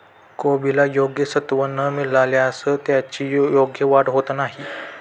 कोबीला योग्य सत्व न मिळाल्यास त्याची योग्य वाढ होत नाही